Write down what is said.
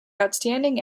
outstanding